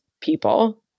people